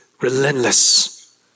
relentless